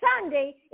Sunday